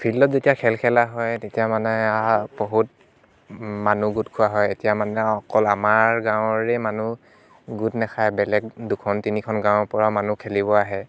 ফিল্ডত যেতিয়া খেল খেলা হয় তেতিয়া মানে বহুত মানুহ গোট খোৱা হয় এতিয়া মানে আৰু অকল আমাৰ গাঁৱৰে মানুহ গোট নাখায় বেলেগ দুখন তিনিখন গাঁৱৰ পৰা মানুহ খেলিব আহে